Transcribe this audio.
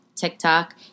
TikTok